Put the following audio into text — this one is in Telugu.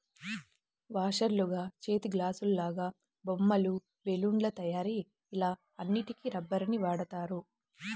వాషర్లుగా, చేతిగ్లాసులాగా, బొమ్మలు, బెలూన్ల తయారీ ఇలా అన్నిటికి రబ్బరుని వాడుతారు